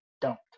dumped